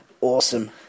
Awesome